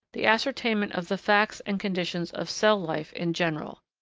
the ascertainment of the facts and conditions of cell-life in general.